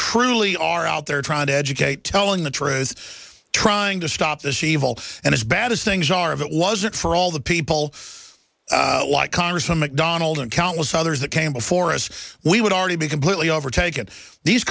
truly are out there trying to educate telling the truth is trying to stop as she will and as bad as things are if it wasn't for all the people like congressman macdonald and countless others that came before us we would already be completely overtaken these